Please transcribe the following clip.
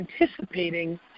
anticipating